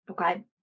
Okay